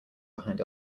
behind